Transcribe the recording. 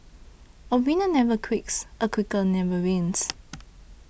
a winner never quits a quitter never wins